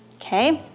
okay